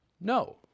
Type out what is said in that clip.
no